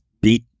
beat